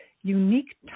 unique